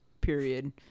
period